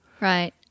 right